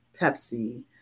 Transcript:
pepsi